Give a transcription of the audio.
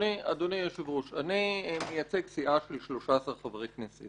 אדוני היושב ראש, אני מייצג סיעה של 13 חברי כנסת,